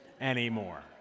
anymore